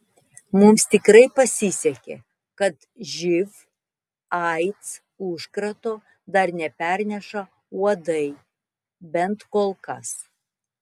mums tikrai pasisekė kad živ aids užkrato dar neperneša uodai bent kol kas